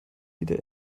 wieder